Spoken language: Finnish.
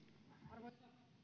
arvoisa